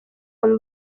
muri